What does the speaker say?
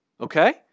okay